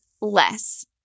less